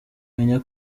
menya